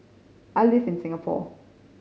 I live in Singapore